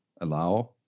allow